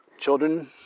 children